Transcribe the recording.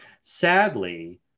sadly